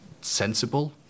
sensible